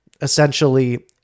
essentially